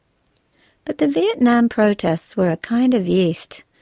but the vietnam protests were a kind of yeast,